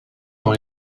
dans